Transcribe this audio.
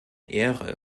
ehre